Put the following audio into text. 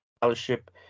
scholarship